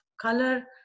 color